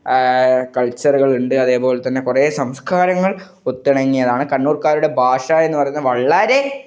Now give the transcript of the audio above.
കൾച്ചറുകളുണ്ട് അതേപോലെ തന്നെ കുറെ സംസ്കാരങ്ങൾ ഒത്തിണങ്ങിയതാണ് കണ്ണൂർകാരുടെ ഭാഷ എന്ന് പറയുന്നത് വളരെ